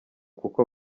kuko